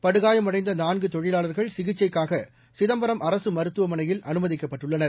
படுகாயமடைந்த நான்கு தொழிவாளர்கள் சிகிச்சைக்காக சிதம்பரம் அரசு மருத்துவமனையில் அமுமதிக்கப்பட்டுள்ளனர்